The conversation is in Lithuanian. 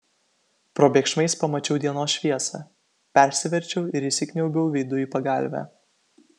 probėgšmais pamačiau dienos šviesą persiverčiau ir įsikniaubiau veidu į pagalvę